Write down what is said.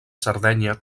sardenya